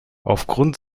aufgrund